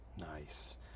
nice